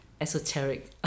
esoteric